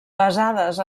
basades